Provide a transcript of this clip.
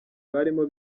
barimo